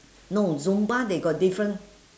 no zumba they got different